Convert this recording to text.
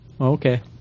Okay